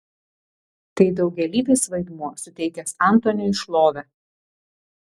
tai daugialypis vaidmuo suteikęs antoniui šlovę